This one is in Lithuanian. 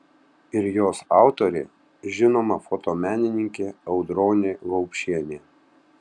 ir jos autorė žinoma fotomenininkė audronė vaupšienė